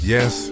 Yes